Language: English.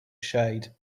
shade